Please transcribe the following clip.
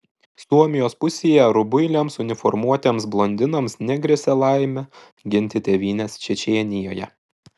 suomijos pusėje rubuiliams uniformuotiems blondinams negrėsė laimė ginti tėvynės čečėnijoje